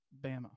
Bama